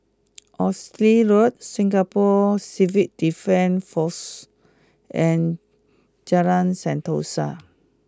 Oxley Road Singapore Civil Defence Force and Jalan Sentosa